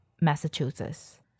massachusetts